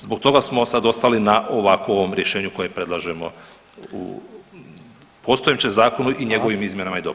Zbog toga smo sad ostali na ovakvo ovom rješenju koje predlažemo u postojećem zakonu i njegovim [[Upadica: Hvala.]] izmjenama i dopunama.